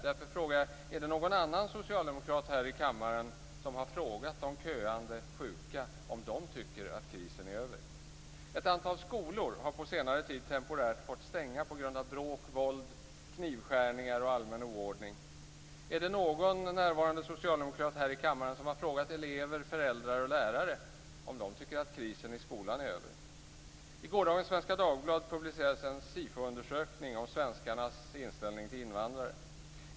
Där frågar jag: Är det någon annan socialdemokrat här i kammaren som har frågat de köande sjuka om de tycker att krisen är över? Ett antal skolor har på senare tid temporärt fått stänga på grund av bråk, våld, knivskärningar och allmän oordning. Är det någon socialdemokrat närvarande här i kammaren som har frågat elever, föräldrar och lärare om de tycker att krisen i skolan är över? SIFO-undersökning om svenskarnas inställning till invandrare.